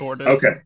Okay